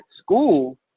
school